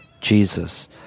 Jesus